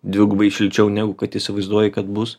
dvigubai šilčiau negu kad įsivaizduoji kad bus